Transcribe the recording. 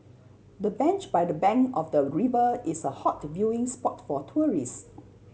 the bench by the bank of the river is a hot viewing spot for tourists